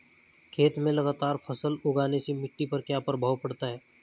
खेत में लगातार फसल उगाने से मिट्टी पर क्या प्रभाव पड़ता है?